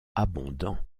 abondants